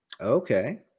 Okay